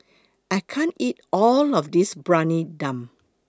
I can't eat All of This Briyani Dum